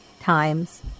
times